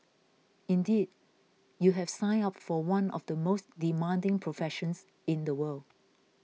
indeed you have signed up for one of the most demanding professions in the world